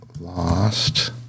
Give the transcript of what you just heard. Lost